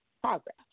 Progress